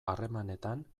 harremanetan